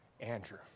Andrew